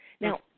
Now